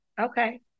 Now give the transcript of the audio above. okay